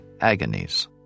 agonies